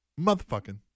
Motherfucking